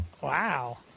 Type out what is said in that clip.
Wow